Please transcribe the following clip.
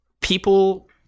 people